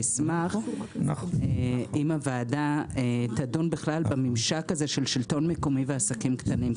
נשמח אם הוועדה תדון בכלל בממשק הזה של שלטון מקומי ועסקים קטנים.